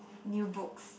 new books